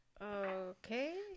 okay